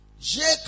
Jacob